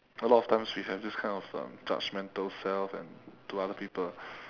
a lot of times we have this kind of um judgmental self and to other people